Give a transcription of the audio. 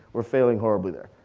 we're failing horribly there.